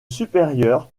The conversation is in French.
supérieur